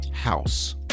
House